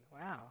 Wow